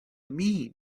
mean